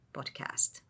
Podcast